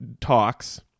talks